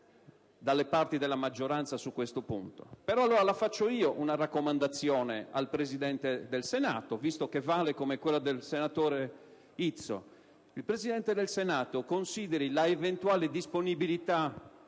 dalle parti della maggioranza su questo punto, voglio allora fare io una raccomandazione al Presidente del Senato, che vale quanto quella del senatore Izzo: il Presidente del Senato consideri l'eventuale disponibilità